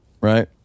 right